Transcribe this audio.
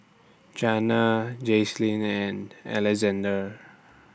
Janna Jaclyn and Alexzander